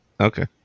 Okay